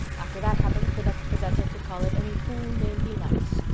after that happens the next possessor can call it any fool name he likes,